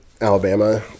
Alabama